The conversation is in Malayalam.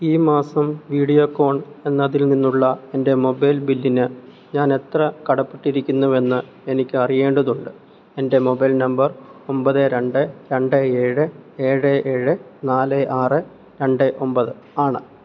ഈ മാസം വീഡിയോക്കോൺ എന്നതിൽ നിന്നുള്ള എൻ്റെ മൊബൈൽ ബില്ലിന് ഞാൻ എത്ര കടപ്പെട്ടിരിക്കുന്നുവെന്ന് എനിക്ക് അറിയേണ്ടതുണ്ട് എൻ്റെ മൊബൈൽ നമ്പർ ഒമ്പത് രണ്ട് രണ്ട് ഏഴ് ഏഴ് ഏഴ് നാല് ആറ് രണ്ട് ഒമ്പത് ആണ്